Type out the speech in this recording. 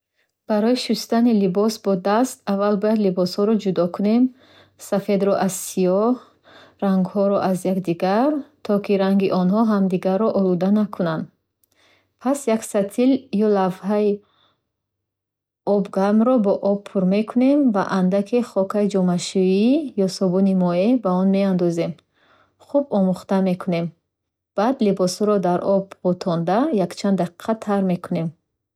Барои шустани либос бо даст, аввал бояд либосҳоро ҷудо кунем. Сафедро аз сиёҳ, рангҳоро аз якдигар, то ки ранги онҳо ҳамдигарро олуда накунад. Пас, як сатил ё лавҳи обгармро бо об пур мекунем ва андаке хокаи ҷомашӯӣ ё собуни моеъ ба он меандозем. Хуб омехта мекунем. Баъд, либосҳоро дар об ғӯтонда, якчанд дақиқа тар мекунем.